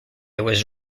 was